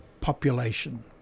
population